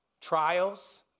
trials